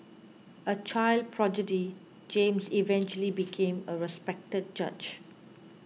a child prodigy James eventually became a respected judge